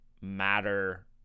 matter